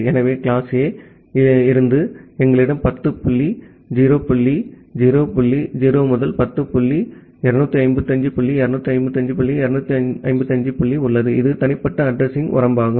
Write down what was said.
எனவே கிளாஸ்A இலிருந்து எங்களிடம் 10 புள்ளி 0 புள்ளி 0 புள்ளி 0 முதல் 10 புள்ளி 255 புள்ளி 255 புள்ளி 255 உள்ளது இது தனிப்பட்ட அட்ரஸிங் வரம்பாகும்